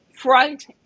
front